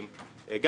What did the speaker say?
אגב,